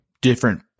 different